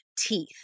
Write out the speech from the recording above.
teeth